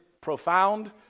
profound